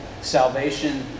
salvation